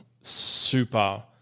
super